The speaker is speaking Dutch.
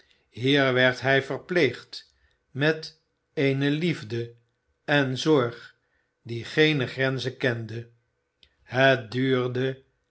hier werd hij verpleegd met eene liefde en zorg die geene grenzen kende het duurde